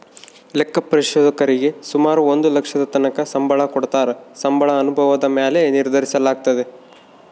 ಲೆಕ್ಕ ಪರಿಶೋಧಕರೀಗೆ ಸುಮಾರು ಒಂದು ಲಕ್ಷದತಕನ ಸಂಬಳ ಕೊಡತ್ತಾರ, ಸಂಬಳ ಅನುಭವುದ ಮ್ಯಾಲೆ ನಿರ್ಧರಿಸಲಾಗ್ತತೆ